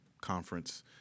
conference